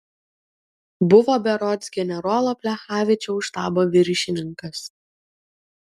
buvo berods generolo plechavičiaus štabo viršininkas